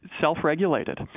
self-regulated